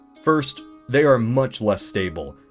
first they are much less stable,